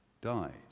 died